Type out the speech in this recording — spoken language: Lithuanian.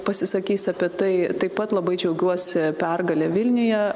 pasisakys apie tai taip pat labai džiaugiuosi pergale vilniuje